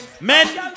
Men